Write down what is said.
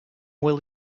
will